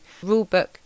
rulebook